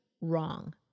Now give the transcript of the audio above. wrong